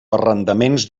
arrendaments